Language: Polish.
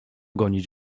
gonić